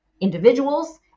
individuals